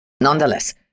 nonetheless